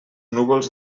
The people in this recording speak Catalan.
núvols